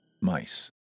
Mice